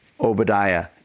Obadiah